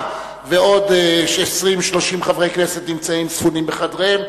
ועוד 20 30 חברי כנסת ספונים בחדריהם.